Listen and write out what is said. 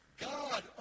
God